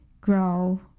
grow